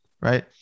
right